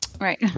Right